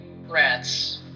rats